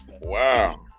Wow